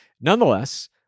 Nonetheless